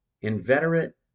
inveterate